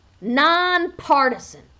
Nonpartisan